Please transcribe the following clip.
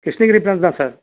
Krishnagiri branch தான் sir